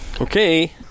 Okay